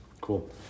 Cool